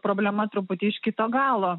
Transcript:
problema truputį iš kito galo